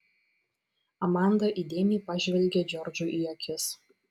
amanda įdėmiai pažvelgė džordžui į akis